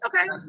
Okay